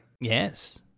Yes